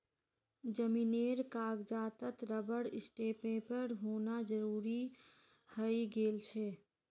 जमीनेर कागजातत रबर स्टैंपेर होना जरूरी हइ गेल छेक